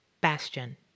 Bastion